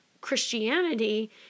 Christianity